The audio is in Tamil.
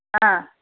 ஆ